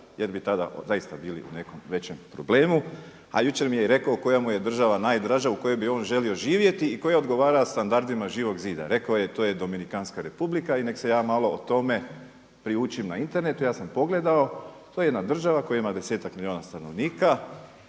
jer bi tada zaista bili u nekom većem problemu. A jučer mije rekao koja mu je država najdraža u kojoj bi on želio živjeti i koja odgovara standardima Živog zida. Rekao je to je Dominikanska Republika i neka se ja malo o tome priučim na internetu, ja sam pogledao. To je jedna država koja ima desetak milijuna stanovnika,